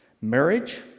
marriage